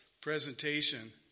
presentation